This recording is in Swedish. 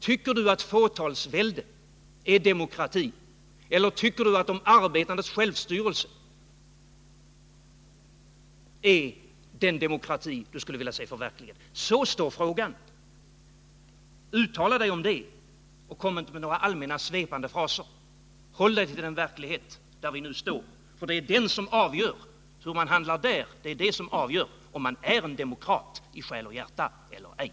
Tycker du att fåtalsväldet är demokrati, eller tycker du att de arbetandes självstyrelse är den demokrati du skulle vilja se förverkligad? Så står frågan. Uttala dig om det, och kom inte med några allmänna och svepande fraser! Håll dig till den verklighet där vi nu står, för det är det handlingssätt man där väljer som avgör om man i själ och hjärta är demokrat eller ej.